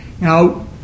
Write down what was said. Now